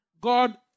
God